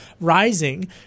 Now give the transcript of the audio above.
rising